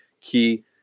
key